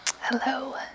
Hello